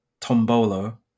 tombolo